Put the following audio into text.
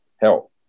help